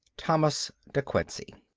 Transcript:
thomas de quincey